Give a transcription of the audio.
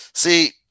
See